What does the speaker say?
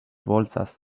bolsas